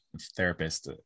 therapist